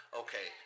okay